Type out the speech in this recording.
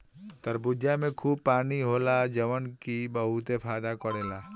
तरबूजा में खूब पानी होला जवन की बहुते फायदा करेला